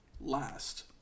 last